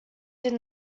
does